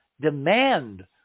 demand